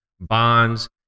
bonds